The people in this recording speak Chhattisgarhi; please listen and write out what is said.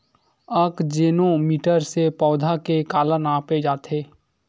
आकजेनो मीटर से पौधा के काला नापे जाथे?